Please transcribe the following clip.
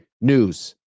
news